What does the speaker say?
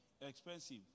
expensive